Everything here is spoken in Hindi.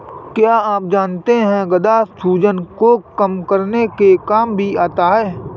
क्या आप जानते है गदा सूजन को कम करने के काम भी आता है?